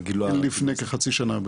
לפני כחצי שנה,